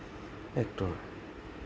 actor